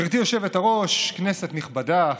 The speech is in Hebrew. גברתי היושבת-ראש, כנסת נכבדה,